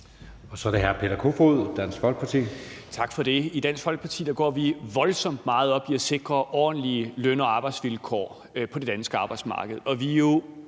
Kl. 15:08 Peter Kofod (DF): Tak for det. I Dansk Folkeparti går vi voldsomt meget op i at sikre ordentlige løn- og arbejdsvilkår på det danske arbejdsmarked,